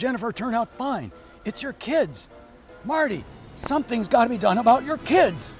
jennifer turn out fine it's your kids marty something's got to be done about your kids